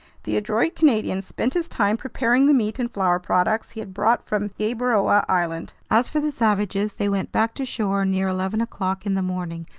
the adroit canadian spent his time preparing the meat and flour products he had brought from gueboroa island. as for the savages, they went back to shore near eleven o'clock in the morning,